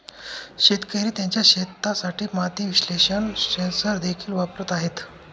शेतकरी त्यांच्या शेतासाठी माती विश्लेषण सेन्सर देखील वापरत आहेत